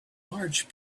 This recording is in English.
large